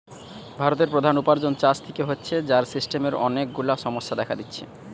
ভারতের প্রধান উপার্জন চাষ থিকে হচ্ছে, যার সিস্টেমের অনেক গুলা সমস্যা দেখা দিচ্ছে